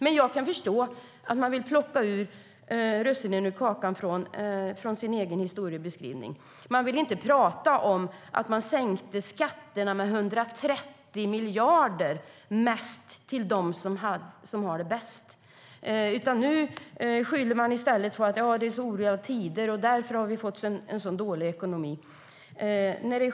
Men jag förstår att man vill plocka russinen ur kakan i den egna historieskrivningen. Man vill inte tala om att man sänkte skatterna med 130 miljarder, mest till dem som har det bäst. Nu skyller man i stället på tiderna och att det är därför man har fått en så dålig ekonomi.